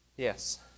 Yes